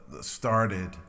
started